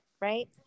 Right